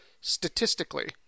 statistically